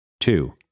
Two